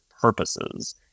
purposes